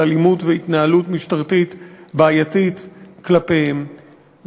אלימות והתנהלות משטרתית בעייתית כלפיהם,